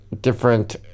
different